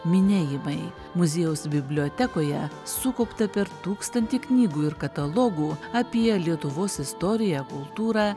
minėjimai muziejaus bibliotekoje sukaupta per tūkstantį knygų ir katalogų apie lietuvos istoriją kultūrą